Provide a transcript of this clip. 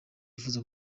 yifuza